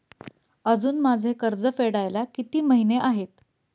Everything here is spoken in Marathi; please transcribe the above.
अजुन माझे कर्ज फेडायला किती महिने आहेत?